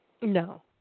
No